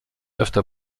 öfter